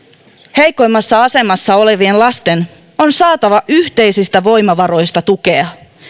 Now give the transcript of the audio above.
heikoimmassa asemassa olevien lasten on saatava yhteisistä voimavaroista tukea